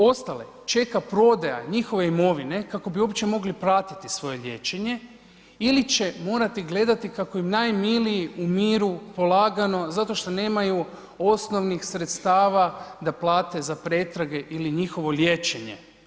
Ostale čeka prodaja njihove imovine, kako bi uopće mogli pratiti svoje liječenje ili će morati gledati kako im najmiliji umiru polagano zato što nemaju osnovnih sredstva da plate za pretrage ili njihovo liječenje.